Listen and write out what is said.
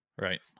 Right